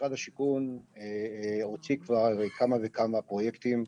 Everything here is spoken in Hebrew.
משרד השיכון הוציא כבר כמה וכמה פרויקטים.